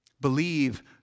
Believe